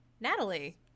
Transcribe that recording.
Natalie